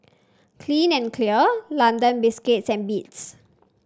clean and Clear London Biscuits and Beats